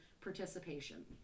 participation